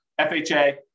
FHA